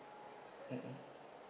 mmhmm